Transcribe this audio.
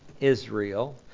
Israel